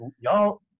y'all